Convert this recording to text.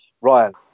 Ryan